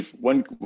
one